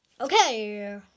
Okay